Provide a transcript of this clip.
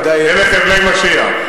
כשהוא יגיע, ודאי, אלה חבלי משיח.